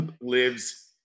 lives